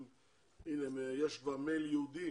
הנה, יש כבר מייל ייעודי